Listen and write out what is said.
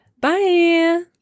Bye